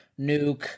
Nuke